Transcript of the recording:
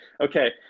okay